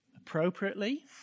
appropriately